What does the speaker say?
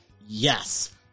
Yes